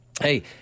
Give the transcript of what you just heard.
hey